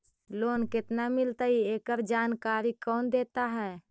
Loan केत्ना मिलतई एकड़ जानकारी कौन देता है?